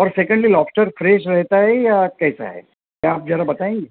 और secondly lobster fresh रेहता है या कैसा हैं क्या आप जरा बताएंगी